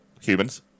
Humans